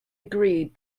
agreed